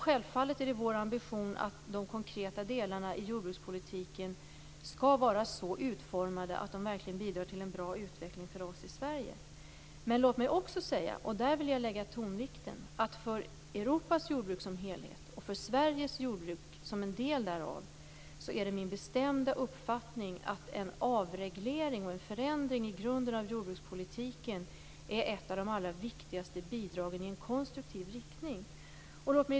Självfallet är det vår ambition att de konkreta delarna i jordbrukspolitiken skall vara så utformade att de verkligen bidrar till en bra utveckling för oss i Sverige. Men jag vill lägga tonvikten vid att en avreglering och förändring i grunden av jordbrukspolitiken är ett av de allra viktigaste bidragen i en konstruktiv riktning för Europas jordbruk som helhet och för Sveriges jordbruk som en del därav. Det är min bestämda uppfattning.